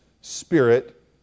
Spirit